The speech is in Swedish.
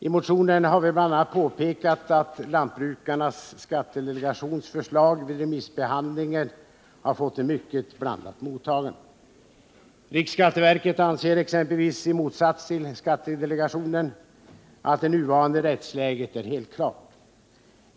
I motionen har vi bl.a. påpekat att Lantbrukarnas skattedelegations förslag vid remissbehandlingen har fått ett mycket blandat mottagande. Riksskatteverket anser exempelvis i motsats till skattedelegationen att det nuvarande rättsläget är helt klart.